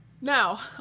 Now